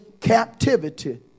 captivity